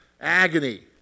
Agony